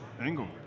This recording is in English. angle